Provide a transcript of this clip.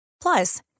Plus